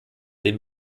den